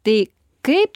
tai kaip